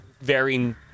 varying